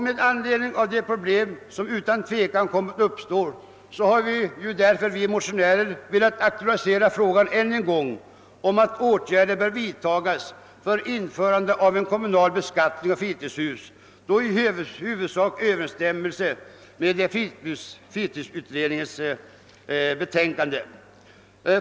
Med anledning av de problem som otvivelaktigt kommer att uppstå har vi motionärer velat aktualisera frågan om de åtgärder som bör vidtagas för införande av en kommunal beskattning av fritidshus överensstämmande i huvudsak med fritidsutredningens betänkande.